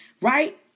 Right